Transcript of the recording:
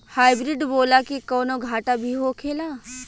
Hybrid बोला के कौनो घाटा भी होखेला?